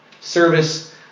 service